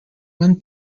one